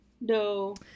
No